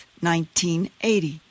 1980